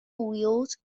wheels